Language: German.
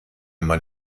man